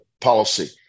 policy